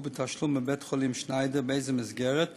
בתשלום בבית-חולים שניידר ובאיזו מסגרת.